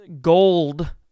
gold